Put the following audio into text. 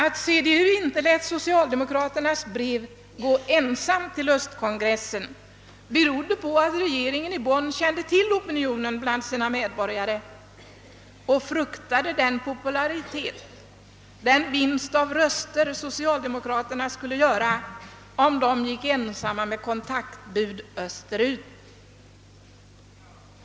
Att CDU inte lät socialdemokraternas brev gå ensamt till östkongressen berodde på att regeringen i Bonn kände till opinionen bland sina medborgare och fruktade den popularitet och därmed de röster som socialdemokraterna skulle vinna om de ensamma gick med kontaktbud österut.